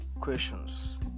questions